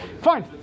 Fine